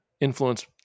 influence